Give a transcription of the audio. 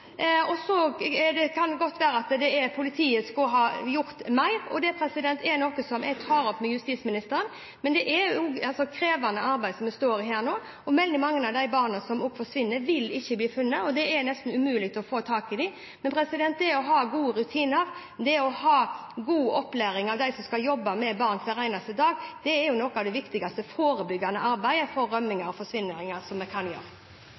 det kan godt være at politiet skulle ha gjort mer. Det er noe som jeg tar opp med justisministeren. Men det er et krevende arbeid vi står i nå, og veldig mange av de barna som forsvinner, vil ikke bli funnet, og det er nesten umulig å få tak i dem. Det å ha gode rutiner, det å ha god opplæring av dem som skal jobbe med barn hver eneste dag, er jo noe av det viktigste forebyggende arbeidet mot rømninger og forsvinninger som vi kan gjøre.